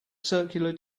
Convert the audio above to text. circular